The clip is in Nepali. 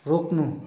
रोक्नु